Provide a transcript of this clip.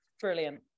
Brilliant